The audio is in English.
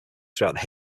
throughout